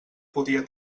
podia